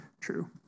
true